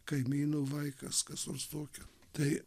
kaimynų vaikas kas nors tokio tai